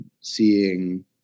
seeing